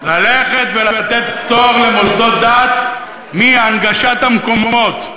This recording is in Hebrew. ללכת ולתת פטור למוסדות דת מהנגשת המקומות.